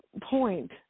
point